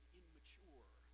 immature